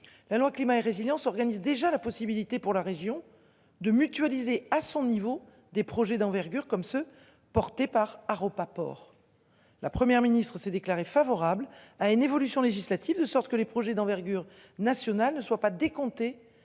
La loi climat et résilience organise déjà la possibilité pour la région de mutualiser à son niveau des projets d'envergure comme ceux portés par Aarau. La Première ministre s'est déclaré favorable à une évolution législative, de sorte que les projets d'envergure nationale ne soit pas décompté